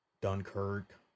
Dunkirk